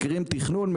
מכירים תכנון,